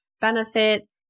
benefits